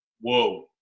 Whoa